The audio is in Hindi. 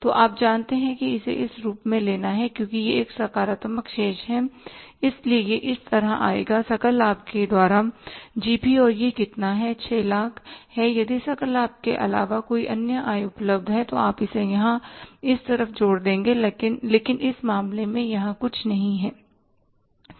तो आप जानते हैं कि इसे इस रूप में लेना है क्योंकि यह एक सकारात्मक शेष है इसलिए यह इस तरफ आएगा सकल लाभ के द्वारा जीपी और यह कितना है 600000 है यदि सकल लाभ के अलावा कोई अन्य आय उपलब्ध है तो आप यहां इस तरफ जोड़ देंगे लेकिन इस मामले में यहां कुछ नहीं है